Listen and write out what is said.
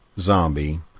zombie